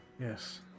Yes